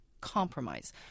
compromise